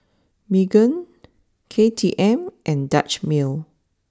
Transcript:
Megan K T M and Dutch Mill